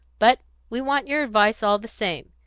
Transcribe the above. but we want your advice all the same.